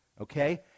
Okay